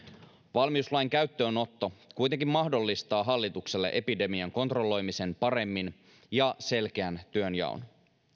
valmiuslain käyttöönotto kuitenkin mahdollistaa hallitukselle epidemian kontrolloimisen paremmin ja selkeän työnjaon